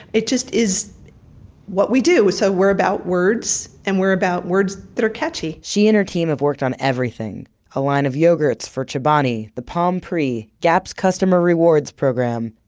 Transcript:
it just is what we do. so we're about words, and we're about words that are catchy she and her team have worked on everything a line of yogurts for chobani the palm pre, gaps customer rewards program.